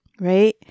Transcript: Right